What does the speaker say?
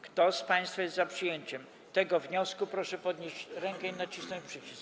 Kto z państwa jest za przyjęciem tego wniosku, proszę podnieść rękę i nacisnąć przycisk.